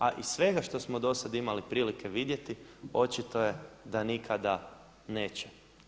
A iz svega što smo do sada imali prilike vidjeti, očito je da nikada neće.